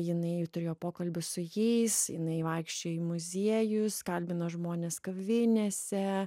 jinai turėjo pokalbius su jais jinai vaikščiojo į muziejus kalbino žmones kavinėse